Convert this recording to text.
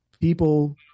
people